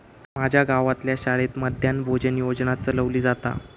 माज्या गावातल्या शाळेत मध्यान्न भोजन योजना चलवली जाता